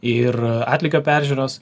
ir atlygio peržiūros